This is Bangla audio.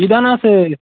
কী ধান আছে